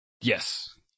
Yes